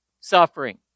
suffering